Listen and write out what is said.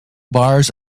bars